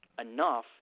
enough